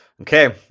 Okay